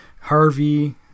Harvey